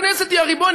הכנסת היא הריבון.